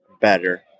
better